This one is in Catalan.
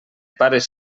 pares